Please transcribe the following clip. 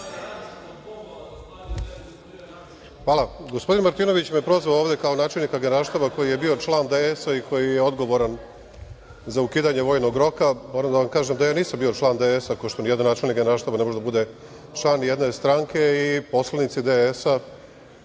predsedavajuća. Gospodin Martinović me je prozvao ovde kao načelnika Generalštaba, koji je bio član DS-a i koji je odgovoran za ukidanje vojnog roka. Moram da vam kažem da ja nisam bio član DS, kao što nijedan načelnik Generalštaba ne može da bude član nijedne stranke i poslanici DS